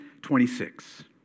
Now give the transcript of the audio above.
26